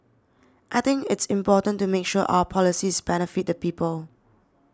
I think it's important to make sure our policies benefit the people